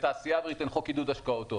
שלתעשייה אווירית אין חוק עידוד השקעות הון.